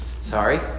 Sorry